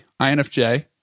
INFJ